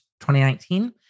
2019